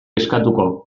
eskatuko